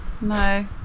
No